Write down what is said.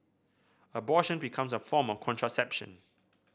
abortion becomes a form of contraception